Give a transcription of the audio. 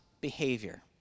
behavior